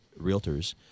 realtors